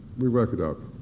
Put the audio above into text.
we work it